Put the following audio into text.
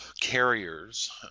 carriers